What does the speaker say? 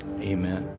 amen